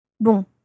Bon